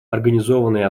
организованные